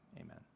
amen